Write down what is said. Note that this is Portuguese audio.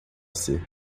ser